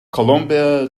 colombia